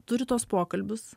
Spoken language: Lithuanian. turi tuos pokalbius